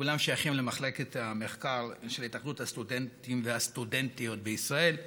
כולם שייכים למחלקת המחקר של התאחדות הסטודנטים והסטודנטיות בישראל,